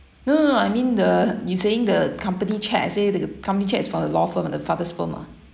no no no I mean the you saying the company cheque I said the company cheque is from the law firm ah the father's firm ah